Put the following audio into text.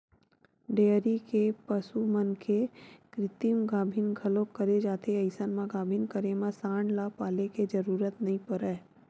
dairy के पसु मन के कृतिम गाभिन घलोक करे जाथे अइसन म गाभिन करे म सांड ल पाले के जरूरत नइ परय